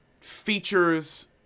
features